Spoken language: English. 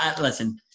Listen